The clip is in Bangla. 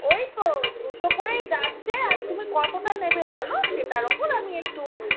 ওই তো দুশো করেই যাচ্ছে আর তুমি কতটা নেবে বল সেটার উপর আমি একটু